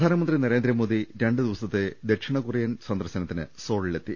പ്രധാനമന്ത്രി നരേന്ദ്രമോദി രണ്ടുദിവസത്തെ ദക്ഷിണകൊറിയ സന്ദർശ നത്തിന് സോളിലെത്തി